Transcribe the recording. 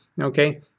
okay